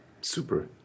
Super